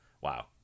wow